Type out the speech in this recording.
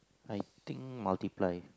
I think multiply